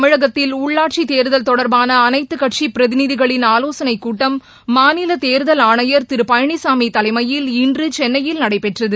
தமிழகத்தில் உள்ளாட்சிதேர்தல் தொடர்பாளஅளைத்துகட்சிபிரதிநிதிகளின் ஆலோசனைக் கூட்டம் மாநிலதேர்தல் ஆணையர் திருபழனிசாமிதலைமையில் இன்றுசென்னையில் நடைபெற்றது